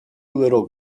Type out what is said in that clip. little